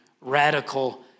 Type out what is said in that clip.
radical